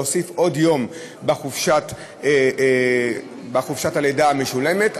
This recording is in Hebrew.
להוסיף עוד שבוע לחופשת הלידה המשולמת,